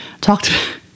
Talked